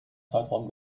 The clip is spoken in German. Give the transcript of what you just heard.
zeitraum